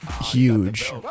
huge